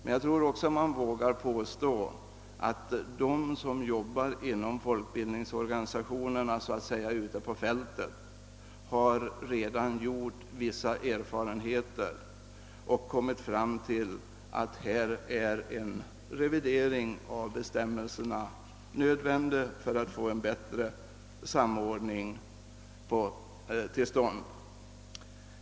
Men jag tror också jag vågar påstå att de som arbetar inom folkbildningsorganisationerna ute på fältet ändå har gjort vissa erfarenheter och kommit fram till att en revidering av bestämmelserna är nödvändig för att få en bättre samordning till stånd.